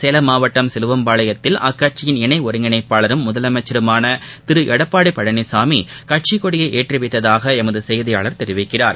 சேலம் மாவட்டம் சிலுவம்பாளையத்தில் அக்கட்சியின் இனை ஒருங்கிணைப்பாளரும் முதலமைச்சருமான திரு எடப்பாடி பழனிசாமி கட்சிக் கொடியை ஏற்றி வைத்ததாக எமது செய்தியாளர் தெரிவிக்கிறார்